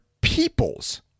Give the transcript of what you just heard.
peoples